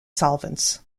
solvents